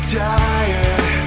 tired